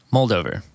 Moldover